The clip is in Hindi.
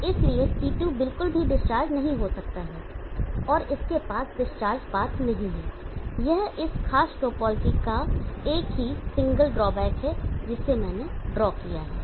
तो इसलिए CT बिल्कुल भी डिस्चार्ज नहीं हो सकता है और इसके पास डिस्चार्ज पाथ नहीं है यह इस खास टोपोलॉजी का एक ही सिंगल ड्रॉबैक है जिसे मैंने ड्रॉ किया है